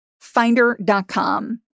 finder.com